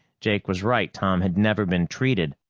jake was right. tom had never been treated,